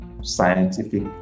scientific